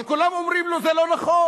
אבל כולם אומרים לו: זה לא נכון,